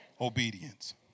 obedience